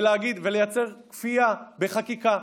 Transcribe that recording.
וליצור כפייה בחקיקה.